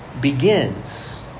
begins